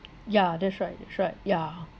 yeah that's right that's right yeah